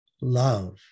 Love